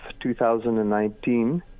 2019